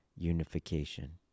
unification